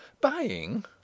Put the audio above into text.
Buying